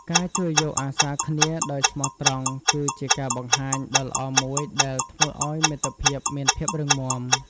ការជួយយកអាសាគ្នាដោយស្មោះត្រង់គឺជាការបង្ហាញដ៏ល្អមួយដែលធ្វើឲ្យមិត្តភាពមានភាពរឹងមាំ។